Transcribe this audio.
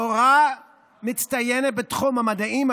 מורה מצטיינת בתחום המדעים,